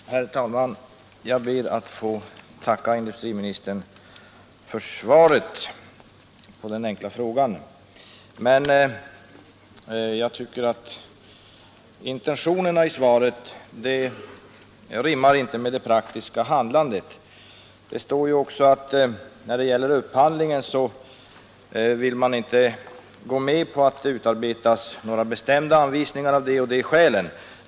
Herr talman! Jag ber att få tacka industriministern för svaret på min enkla fråga. Jag tycker emellertid att intentionerna som det talas om i svaret inte rimmar med det praktiska handlandet. Det står ju också att när det gäller upphandlingen vill man av de och de skälen inte gå med på att det utarbetas några bestämda anvisningar.